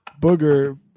Booger